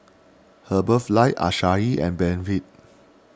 Herbalife Asahi and Benefit